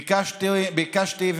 ביקשתי,